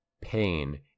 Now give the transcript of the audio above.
pain